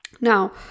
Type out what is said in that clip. now